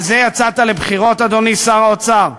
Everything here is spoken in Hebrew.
על זה יצאת לבחירות, אדוני שר האוצר?